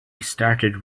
started